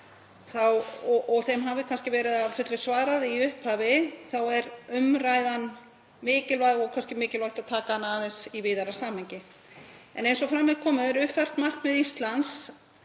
og þeim hafi kannski verið að fullu svarað í upphafi er umræðan mikilvæg og mikilvægt að taka hana aðeins í víðara samhengi. Eins og fram hefur komið er uppfært markmið Íslands